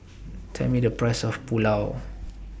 Tell Me The Price of Pulao